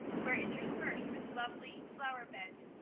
were interspersed with lovely flower-beds,